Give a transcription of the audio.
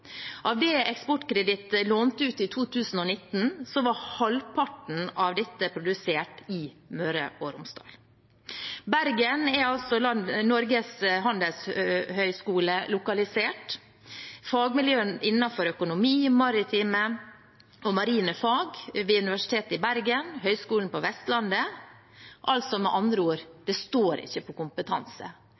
Av det Eksportkreditt lånte ut i 2019, var halvparten produsert i Møre og Romsdal. I Bergen er Norges Handelshøyskole lokalisert, og det er fagmiljø innenfor økonomi, maritime og marine fag ved Universitetet i Bergen og Høgskulen på Vestlandet. Med andre ord: Det står ikke på kompetanse.